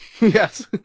Yes